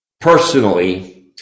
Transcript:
personally